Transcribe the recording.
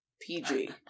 PG